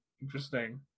Interesting